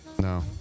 No